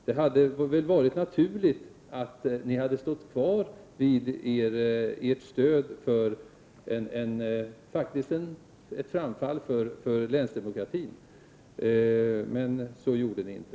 Det hade väl varit naturligt att ni hade stått kvar för ert stöd för ett faktiskt fall framåt för länsdemokratin — men så gjorde ni inte.